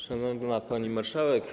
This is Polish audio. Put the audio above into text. Szanowna Pani Marszałek!